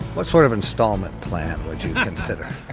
what sort of installment plan would you consider?